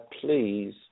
please